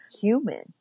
human